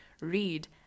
read